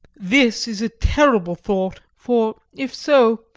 this is a terrible thought for if so,